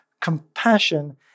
compassion